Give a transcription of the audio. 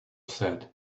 said